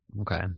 Okay